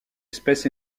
espèce